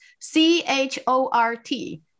C-H-O-R-T